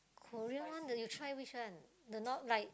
Korea one the you try which one the not like